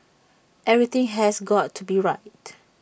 everything has go out to be right